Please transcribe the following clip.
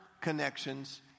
connections